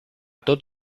tot